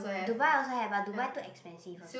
Dubai also have but Dubai too expensive also